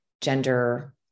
gender